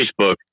Facebook